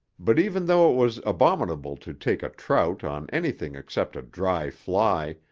but even though it was abominable to take a trout on anything except a dry fly,